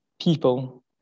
People